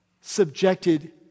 subjected